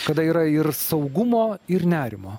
kada yra ir saugumo ir nerimo